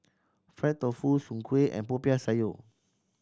fried tofu Soon Kueh and Popiah Sayur